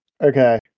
Okay